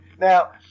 now